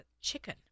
chicken